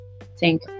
Thank